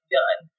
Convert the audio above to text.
done